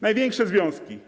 Największe związki.